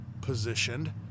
positioned